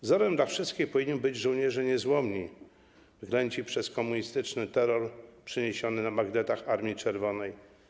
Wzorem dla wszystkich powinni być żołnierze niezłomni, wyklęci przez komunistyczny terror przyniesiony na bagnetach Armii Czerwonej.